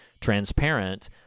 transparent